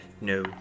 No